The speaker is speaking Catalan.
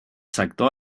sector